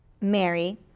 Mary